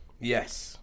Yes